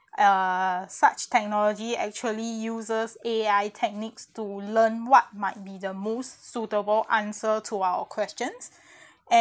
uh such technology actually uses A_I techniques to learn what might be the most suitable answer to our questions and